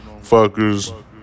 fuckers